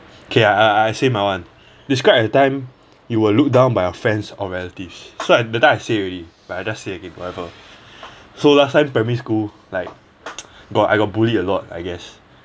okay I I I say my [one] describe a time you were looked down by your friends or relatives so that time I say already but I just say again whatever so last time primary school like got I got bullied a lot I guess